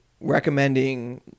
recommending